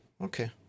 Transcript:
okay